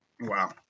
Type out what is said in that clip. Wow